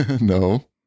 No